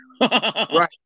right